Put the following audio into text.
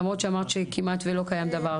למרות שאמרת שכמעט ולא היה דבר כזה,